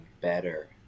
better